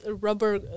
rubber